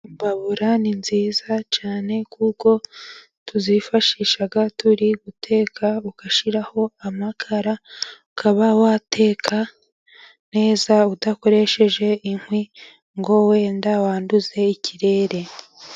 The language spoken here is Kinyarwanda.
Imbabura ni nziza cyane kuko tuzifashisha turi guteka, ugashyiraho amakara ukaba wateka neza udakoresheje inkwi, ngo wenda wanduze ikirere.